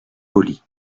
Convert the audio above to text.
poly